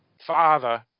father